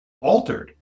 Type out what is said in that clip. altered